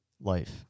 life